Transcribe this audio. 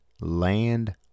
land